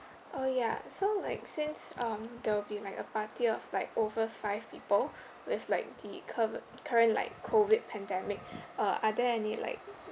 oh ya so like since um there will be like a party of like over five people with like the current like COVID pandemic uh are there any like